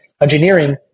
engineering